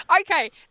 Okay